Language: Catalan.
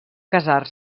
casar